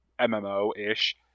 MMO-ish